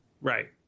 Right